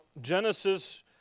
Genesis